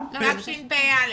תשפ"א.